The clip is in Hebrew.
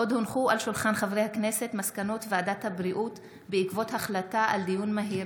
עוד הונחו על שולחן הכנסת מסקנות ועדת הבריאות בעקבות דיון מהיר